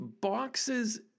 boxes